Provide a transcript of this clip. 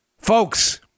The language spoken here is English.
Folks